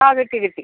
ആ കിട്ടി കിട്ടി